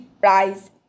price